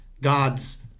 gods